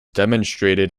demonstrated